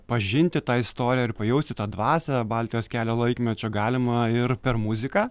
pažinti tą istoriją ir pajausti tą dvasią baltijos kelio laikmečio galima ir per muziką